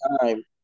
time